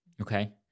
Okay